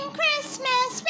Christmas